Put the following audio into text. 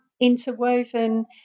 interwoven